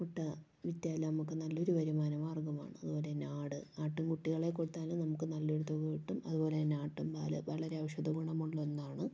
മുട്ട വിറ്റാൽ നമുക്ക് നല്ലൊരു വരുമാന മാർഗമാണ് അതുപോലെ തന്നെ ആട് ആട്ടിൻ കുട്ടികളെ കൊടുത്താൽ നമുക്ക് നല്ലൊരു തുക കിട്ടും അതുപോലെ തന്നെ ആട്ടിൻ പാൽ വളരെ ഔഷധ ഗുണമുള്ള ഒന്നാണ്